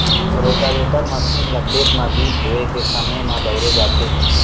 rotavator मसीन ल खेत म बीज बोए के समे म बउरे जाथे